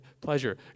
pleasure